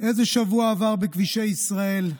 איזה שבוע עבר בכבישי ישראל,